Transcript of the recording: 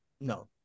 No